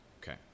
okay